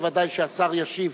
וודאי שהשר ישיב.